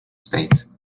states